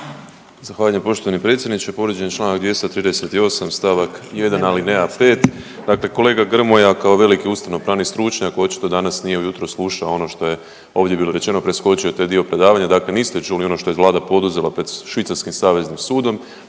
Zahvaljujem poštovani predsjedniče. Povrijeđen je članak 238. stavak 1. alineja 5. Dakle, kolega Grmoja kao veliki ustavno-pravni stručnjak očito danas nije u jutro slušao ono što je ovdje bilo rečeno. Preskočio je taj dio predavanja, dakle niste čuli ono što je Vlada poduzela pred švicarskim saveznim sudom,